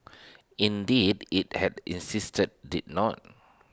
indeed IT had insisted IT did not